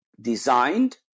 designed